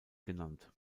genannt